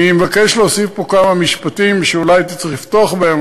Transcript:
אני מבקש להוסיף פה כמה משפטים שאולי הייתי צריך לפתוח בהם,